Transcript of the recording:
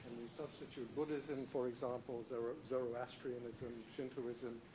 substitute buddhism, for example zoroastrianism, shintoism,